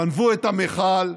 גנבו את המכל.